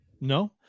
No